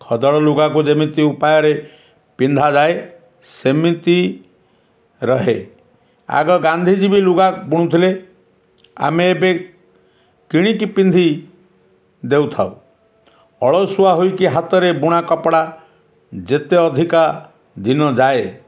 ଖଦଡ଼ ଲୁଗାକୁ ଯେମିତି ଉପାୟରେ ପିନ୍ଧାଯାଏ ସେମିତି ରହେ ଆଗ ଗାନ୍ଧୀଜୀବି ଲୁଗା ବୁଣୁଥିଲେ ଆମେ ଏବେ କିଣିକି ପିନ୍ଧି ଦେଉଥାଉ ଅଳସୁଆ ହୋଇକି ହାତରେ ବୁଣା କପଡ଼ା ଯେତେ ଅଧିକା ଦିନ ଯାଏ